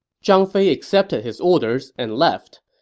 zhang fei accepted his orders and left.